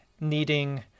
needing